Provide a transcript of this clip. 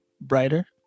brighter